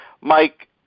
Mike